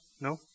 no